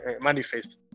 manifest